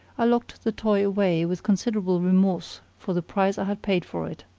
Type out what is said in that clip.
i locked the toy away with considerable remorse for the price i had paid for it.